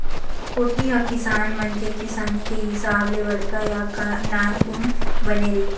कोठी ह किसान मन के किसानी के हिसाब ले बड़का या नानकुन बने रहिथे